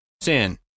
sin